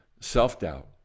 self-doubt